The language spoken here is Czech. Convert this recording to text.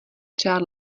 přát